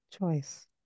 choice